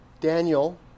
Daniel